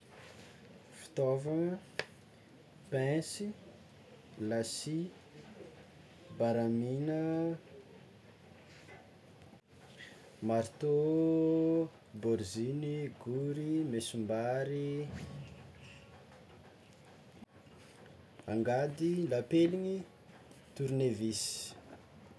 Fitaovagna: pinsy, lasia, baramina, maritô, bôriziny, bory, mesombary, angady, lapeliny, tornevisy.